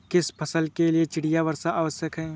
किस फसल के लिए चिड़िया वर्षा आवश्यक है?